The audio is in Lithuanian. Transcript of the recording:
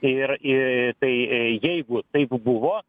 ir į tai jeigu taip buvo